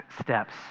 steps